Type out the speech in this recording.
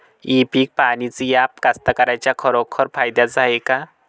इ पीक पहानीचं ॲप कास्तकाराइच्या खरोखर फायद्याचं हाये का?